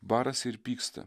barasi ir pyksta